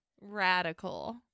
Radical